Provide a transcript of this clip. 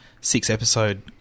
six-episode